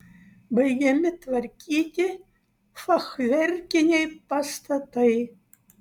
baigiami tvarkyti fachverkiniai pastatai